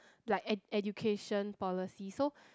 like ed~ education policies so